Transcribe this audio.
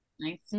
Nice